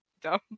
dumb